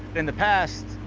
in the past,